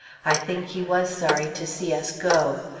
i think he was sorry to see us go.